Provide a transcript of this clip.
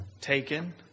taken